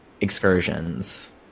excursions